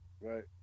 Right